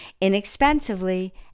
inexpensively